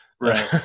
right